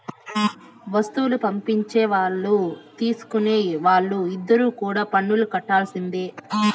వస్తువులు పంపించే వాళ్ళు తీసుకునే వాళ్ళు ఇద్దరు కూడా పన్నులు కట్టాల్సిందే